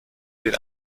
den